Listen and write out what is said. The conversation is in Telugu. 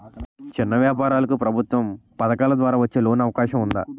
చిన్న వ్యాపారాలకు ప్రభుత్వం పథకాల ద్వారా వచ్చే లోన్ అవకాశం ఉందా?